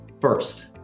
First